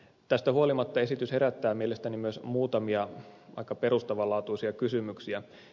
tästä huolimatta esitys herättää mielestäni myös muutamia aika perustavanlaatuisia kysymyksiä